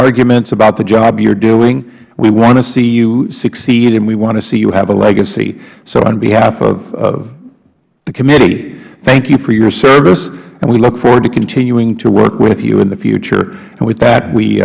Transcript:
arguments about the job you are doing we want to see you succeed and we want to see you have a legacy so on behalf of the committee thank you for your service and we look forward to continuing to work with you in the future and with that we